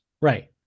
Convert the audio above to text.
Right